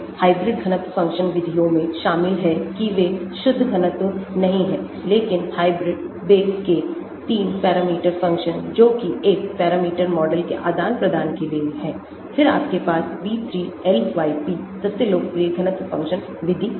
hybrid घनत्व function विधियों में शामिल हैं कि वे शुद्ध घनत्व नहीं हैं लेकिन हाइब्रिड बेक के 3 पैरामीटर फ़ंक्शन जोकि एक पैरामीटर मॉडल के आदान प्रदान के लिए हैं फिर आपके पास B3 LYP सबसे लोकप्रिय घनत्व फ़ंक्शन विधि है